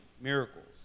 miracles